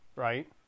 Right